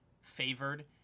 favored